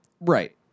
Right